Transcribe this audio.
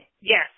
yes